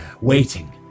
waiting